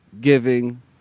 giving